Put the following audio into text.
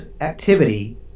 activity